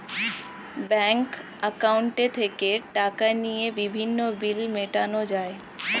bank অ্যাকাউন্টে থেকে টাকা নিয়ে বিভিন্ন বিল মেটানো যায়